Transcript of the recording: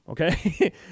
okay